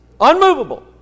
Unmovable